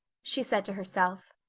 she said to herself,